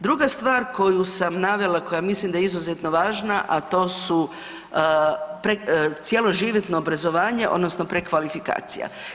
Druga stvar koju sam navela, koja mislim da je izuzetno važna, a to su cjeloživotno obrazovanje odnosno prekvalifikacija.